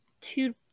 two